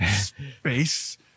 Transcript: space